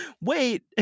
wait